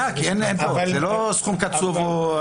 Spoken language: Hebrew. -- זה לא סכום קצוב.